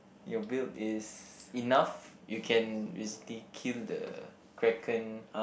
your build is enough you can basically kill the Kraken